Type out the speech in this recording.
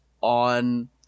on